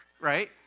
Right